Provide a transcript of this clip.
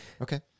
Okay